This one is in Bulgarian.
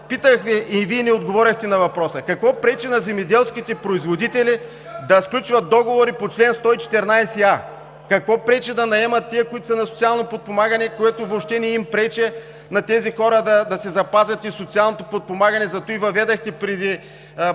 Питах Ви и Вие не отговорихте на въпроса: какво пречи на земеделските производители да сключват договори по чл. 114а? Какво пречи да наемат тези, които са на социално подпомагане, което въобще не пречи на тези хора да си запазят и социалното подпомагане? Затова Вие въведохте еднодневните